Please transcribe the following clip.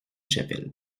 chapelle